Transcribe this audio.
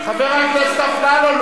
חבר הכנסת אפללו,